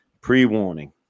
Pre-warning